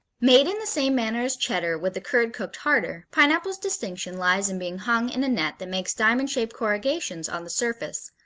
made in the same manner as cheddar with the curd cooked harder, pineapple's distinction lies in being hung in a net that makes diamond-shaped corrugations on the surface,